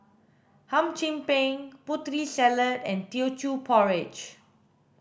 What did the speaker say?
hum chim peng putri salad and teochew porridge